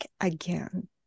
again